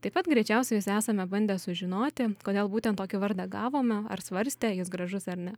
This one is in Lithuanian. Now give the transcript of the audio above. taip pat greičiausiai visi esame bandę sužinoti kodėl būtent tokį vardą gavome ar svarstę jis gražus ar ne